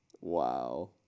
Wow